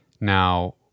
Now